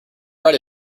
ride